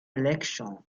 election